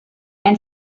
and